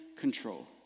control